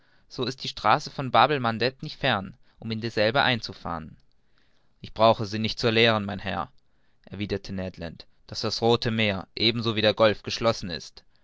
so ist die straße von babel mandeb nicht fern um in denselben einzufahren ich brauche sie's nicht zu lehren mein herr erwiderte ned land daß das rothe meer ebenso wie der golf geschlossen ist